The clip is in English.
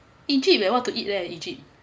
egypt I want to eat there egypt